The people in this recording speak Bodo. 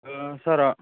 ओ सारा